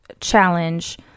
challenge